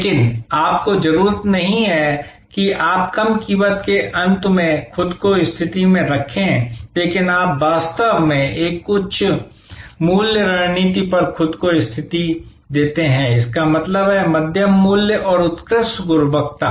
लेकिन आपको जरूरत नहीं है कि आप कम कीमत के अंत में खुद को स्थिति में रखें लेकिन आप वास्तव में एक उच्च मूल्य रणनीति पर खुद को स्थिति देते हैं इसका मतलब है मध्यम मूल्य और उत्कृष्ट गुणवत्ता